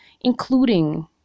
including